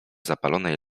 zapalonej